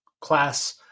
class